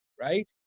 right